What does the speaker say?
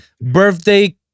birthday